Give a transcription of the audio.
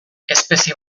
espezie